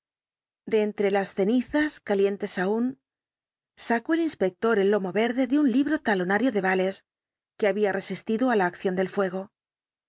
de entre las cenizas calientes aún sacó el inspector el lomo verde de un libro talonario de vales que había resistido á la acción del fuego